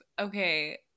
okay